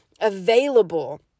available